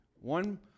one